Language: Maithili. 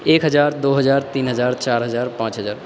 एक हजार दो हजार तीन हजार चारि हजार पाँच हजार